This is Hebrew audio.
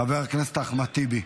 חבר הכנסת אחמד טיבי.